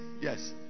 Yes